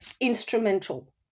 instrumental